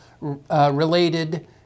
related